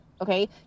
Okay